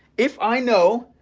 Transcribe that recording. if i know,